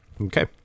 Okay